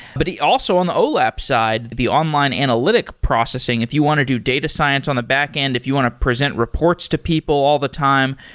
but also on the olap side, the online analytic processing, if you want to do data science on the backend, if you want to present reports to people all the time,